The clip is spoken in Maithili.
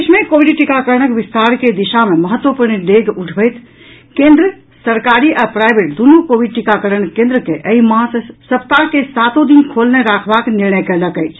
देश मे कोविड टीकाकरणक विस्तार के दिशा मे महत्वपूर्ण डेग उठबैत केन्द्र सरकारी आ प्राईवेट दुनू कोविड टीकाकरण केन्द्र के ऐहि मास सप्ताह के सातो दिन खोलने राखबाक निर्णय कयलक अछि